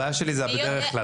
הבעיה שלי היא ה"בדרך כלל".